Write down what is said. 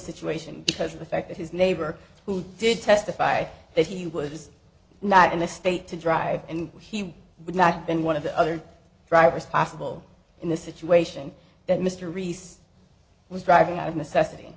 situation because of the fact that his neighbor who did testify that he was not in the state to drive and he would not have been one of the other drivers possible in this situation that mr rhys was driving out of necessity